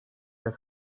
der